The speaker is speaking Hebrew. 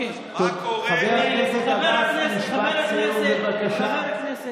חבר הכנסת עבאס, משפט סיום, בבקשה.